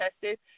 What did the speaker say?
tested